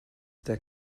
der